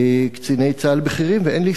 קציני צה"ל בכירים, ואין לי ספק